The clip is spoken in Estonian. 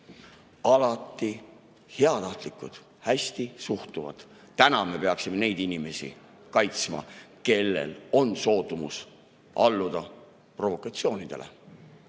alati heatahtlikud, hästi suhtuvad. Täna me peaksime neid inimesi kaitsma, kellel on soodumus alluda provokatsioonidele.